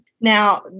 Now